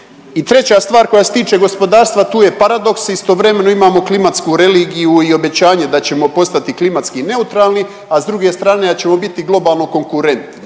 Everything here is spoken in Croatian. I treća stvar koja se tiče gospodarstva, tu je paradoks. Istovremeno imamo klimatsku religiju i obećanje da ćemo postati klimatski neutralni, a s druge strane da ćemo biti globalno konkurentni